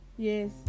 Yes